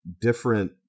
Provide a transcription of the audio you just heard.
different